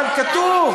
אבל כתוב.